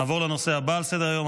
נעבור לנושא הבא על סדר-היום,